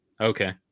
Okay